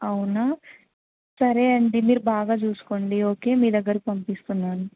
అవునా సరే అండి మీరు బాగా చూసుకోండి ఓకే మీ దగ్గరకు పంపిస్తున్నాను